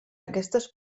aquestes